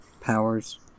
powers